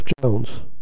Jones